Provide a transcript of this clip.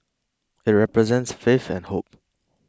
it represents faith and hope